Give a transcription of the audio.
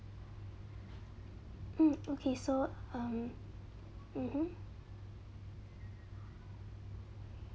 hmm okay so um mmhmm